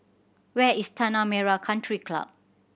where is Tanah Merah Country Club